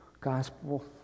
gospel